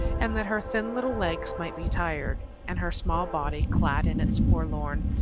and that her thin little legs might be tired, and her small body, clad in its forlorn,